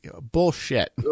Bullshit